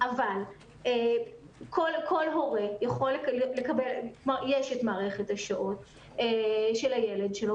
כל הורה יכול לקבל את מערכת השעות של הילד שלו